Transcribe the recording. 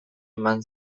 eman